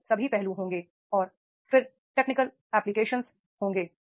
ये सभी पहलू होंगे और फिर टेक्निकल एप्लीकेशन होंगे